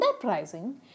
underpricing